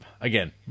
again